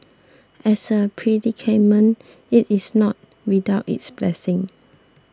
as a predicament it is not without its blessings